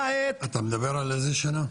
אתה מדבר על איזו שנה?